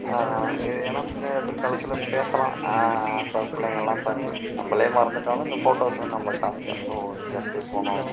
இது ஏன்னா பின்னாடி பிற்காலத்தில் பேசலாம் அப்போ பிள்ளைங்கள்லாம் அப்போ நம்மளே மறந்துவிட்டாலும் இந்த ஃபோட்டோஸ் வந்து நம்புளுக்கு காண்மிக்கும் ஓ இந்த இடத்துக்கு போனோம்